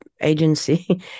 agency